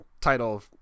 title